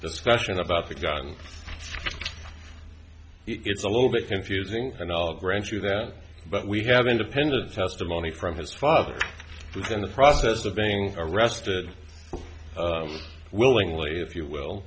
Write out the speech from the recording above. discussion about the gun it's a little bit confusing and i'll grant you that but we have independent testimony from his father who's in the process of being arrested willingly if you will